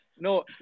No